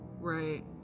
Right